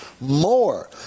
more